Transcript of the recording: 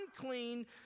unclean